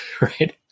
right